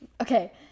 okay